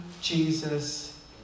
Jesus